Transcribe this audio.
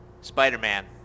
Spider-Man